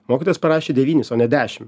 mokytojas parašė devynis o ne dešim